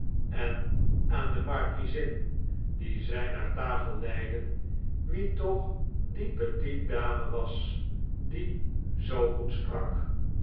en aan de markiezin die zij naar tafel leidden wie toch die petite dame was die zoo goed sprak